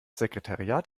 sekretariat